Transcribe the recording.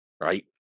right